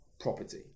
property